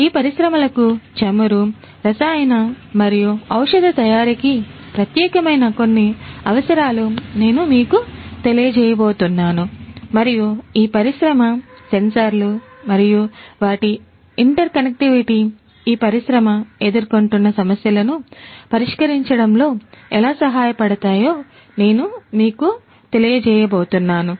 ఈ పరిశ్రమలకు చమురు రసాయన మరియు ఔషధ తయారీకి ప్రత్యేకమైన కొన్ని అవసరాలు నేను మీకు తెలియజేయబోతున్నాను మరియు ఈ పరిశ్రమ సెన్సార్లు మరియు వాటి ఇంటర్కనెక్టివిటీ ఈ పరిశ్రమఎదుర్కొంటున్న సమస్యలను పరిష్కరించడంలో ఎలా సహాయపడతాయో నేను మీకు తెలియజేయబోతున్నాను